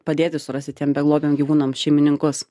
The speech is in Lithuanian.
padėti surasti tiem beglobiam gyvūnam šeimininkus